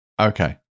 Okay